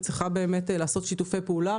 לעשות שיתופי פעולה,